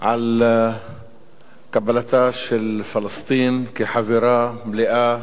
על קבלתה של פלסטין כחברה מלאה